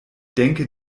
denke